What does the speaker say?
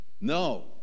no